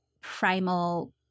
primal